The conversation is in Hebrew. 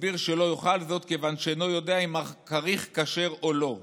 הסביר שלא יאכל זאת כיוון שאינו יודע אם הכריך כשר או לא.